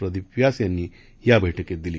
प्रदीप व्यास यांनी या बैठकीत दिली